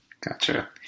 Gotcha